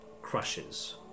crushes